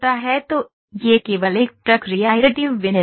तो यह केवल एक प्रक्रिया एडिटिव विनिर्माण है